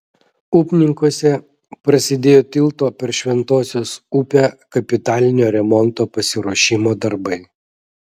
upninkuose prasidėjo tilto per šventosios upę kapitalinio remonto pasiruošimo darbai